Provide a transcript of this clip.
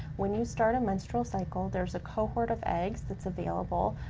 when you start a menstrual cycle, there's a cohort of eggs that's available,